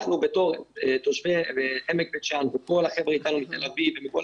אנחנו כתושבי עמק בית שאן וכל החבר'ה אתנו מתל אביב ומכל